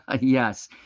Yes